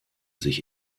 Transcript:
sich